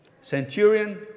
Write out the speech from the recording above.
Centurion